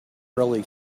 really